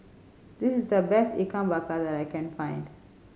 this is the best Ikan Bakar that I can find